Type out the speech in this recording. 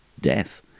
death